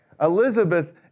Elizabeth